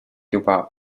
juba